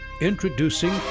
Introducing